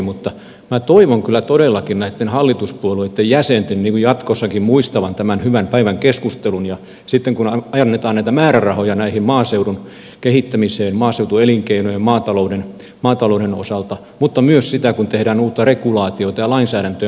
minä toivon kyllä todellakin näitten hallituspuolueitten jäsenten jatkossakin muistavan tämän hyvän päivän keskustelun sitten kun annetaan näitä määrärahoja maaseudun kehittämiseen maaseutuelinkeinojen maatalouden osalta mutta myös sitten kun tehdään uutta regulaatiota ja lainsäädäntöä maaseudulle ja maaseutuyrittäjyyteen